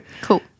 cool